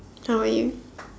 how about you